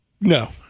No